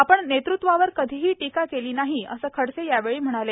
आपण नेतृत्वावर कधीही टीका केली नाही असं खडसे यावेळी म्हणाले